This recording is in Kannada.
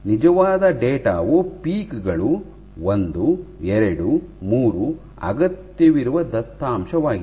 ನಿಜವಾದ ಡೇಟಾ ವು ಪೀಕ್ ಗಳು ಒಂದು ಎರಡು ಮೂರು ಅಗತ್ಯವಿರುವ ದತ್ತಾಂಶವಾಗಿದೆ